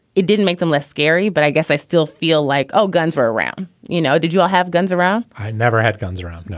it didn't make them less scary, but i guess i still feel like, oh, guns were around, you know. did you all have guns around? i never had guns around. no,